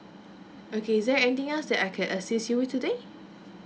okay is there anything else that I can assist you today